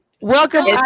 Welcome